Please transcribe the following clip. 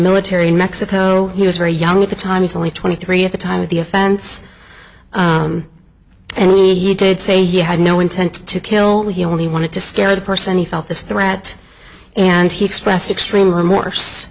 military in mexico he was very young at the time he's only twenty three at the time of the offense and he did say he had no intent to kill he only wanted to scare the person he felt this threat and he expressed extreme